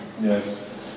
Yes